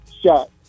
shot